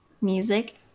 music